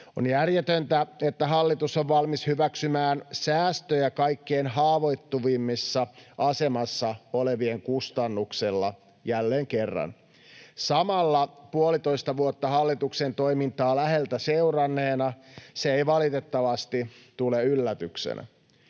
On järjetöntä, että hallitus on valmis hyväksymään säästöjä kaikkein haavoittuvimmassa asemassa olevien kustannuksella jälleen kerran. Samalla puolitoista vuotta hallituksen toimintaa läheltä seuranneena se ei valitettavasti tule yllätyksenä.